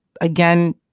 again